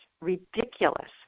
ridiculous